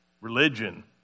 religion